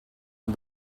and